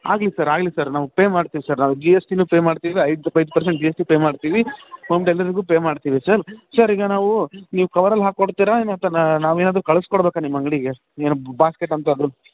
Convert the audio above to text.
ಆಗಲಿ ಸರ್ ಆಗಲಿ ಸರ್ ನಾವು ಪೇ ಮಾಡ್ತೀವಿ ಸರ್ ನಾವು ಜಿ ಎಸ್ ಟಿನು ಪೇ ಮಾಡ್ತೀವಿ ಐದು ಐದು percent G S T pay ಮಾಡ್ತೀವಿ ಹೋಮ್ ಡೆಲಿವರಿಗೂ ಪೇ ಮಾಡ್ತೀವಿ ಸರ್ ಸರ್ ಈಗ ನಾವು ನೀವು ಕವರಲ್ಲಿ ಹಾಕಿ ಕೊಡ್ತೀರಾ ಮತ್ತು ನಾನು ನಾವು ಏನಾದರು ಕಳ್ಸಿಕೊಡ್ಬೇಕಾ ನಿಮ್ಮ ಅಂಗಡಿಗೆ ಏನು ಬಾಸ್ಕೆಟ್ ಅಂಥದ್ದು